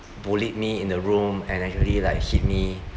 bullied me in the room and actually like hit me